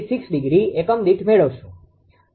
36° એકમ દીઠ મેળવશો